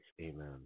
Amen